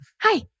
Hi